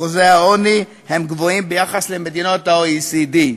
אחוזי העוני גבוהים ביחס למדינות ה-OECD,